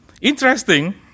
Interesting